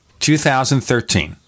2013